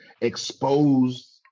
exposed